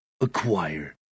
acquire